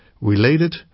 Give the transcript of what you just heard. related